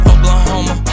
Oklahoma